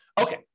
Okay